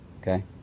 okay